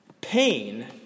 Pain